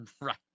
Right